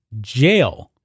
jail